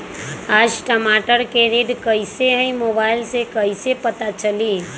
आज टमाटर के रेट कईसे हैं मोबाईल से कईसे पता चली?